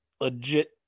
legit